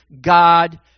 God